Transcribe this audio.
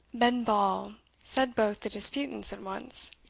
benval said both the disputants at once.